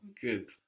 Good